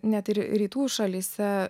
net ir rytų šalyse